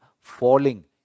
falling